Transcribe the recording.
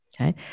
Okay